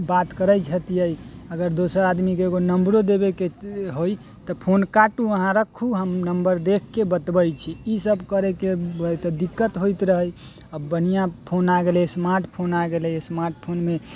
बात करै हतिए अगर दोसर आदमीके एगो नम्बरो देबैके हइ तऽ फोन काटू अहाँ राखू हम नम्बर देखिके बतबै छी ईसब करैके वजहसँ दिक्कत होअत रहै अब बढ़िआँ फोन आ गेलै स्मार्ट फोन आ गेलै स्मार्ट फोनमे